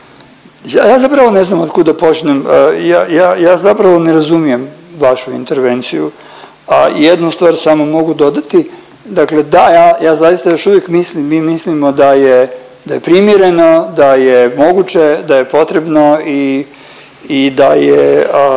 ja zapravo ne znam od kud da počnem, ja, ja zapravo ne razumijem vašu intervenciju. Jednu stvar samo mogu dodati da ja zaista još uvijek mislim, mi mislimo da je primjereno, da je moguće da je potrebno i da je